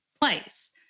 place